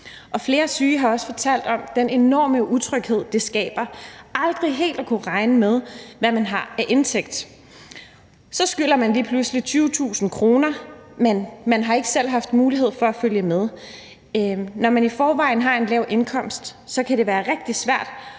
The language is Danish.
flere syge har også fortalt om den enorme utryghed, det skaber aldrig helt at kunne regne med, hvad man har af indtægt. Så skylder man lige pludselig 20.000 kr., men man har ikke selv haft mulighed for at følge med. Når man i forvejen har en lav indkomst, kan det være rigtig svært